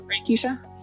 Keisha